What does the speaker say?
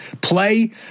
Play